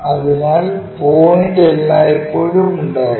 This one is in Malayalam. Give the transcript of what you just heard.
അതിനാൽ പോയിന്റ് എല്ലായ്പ്പോഴും ഉണ്ടായിരിക്കും